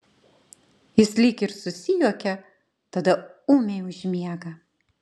jis lyg ir susijuokia tada ūmiai užmiega